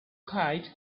kite